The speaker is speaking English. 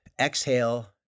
exhale